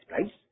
place